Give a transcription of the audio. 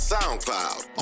SoundCloud